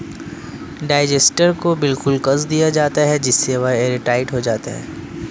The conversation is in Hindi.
डाइजेस्टर को बिल्कुल कस दिया जाता है जिससे वह एयरटाइट हो जाता है